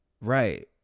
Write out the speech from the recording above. Right